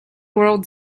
world